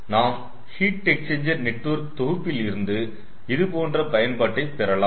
நாம் heat exchanger network தொகுப்பிலிருந்து இதுபோன்ற பயன்பாட்டை பெறலாம்